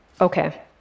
Okay